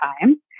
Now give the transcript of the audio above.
time